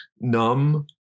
numb